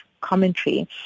commentary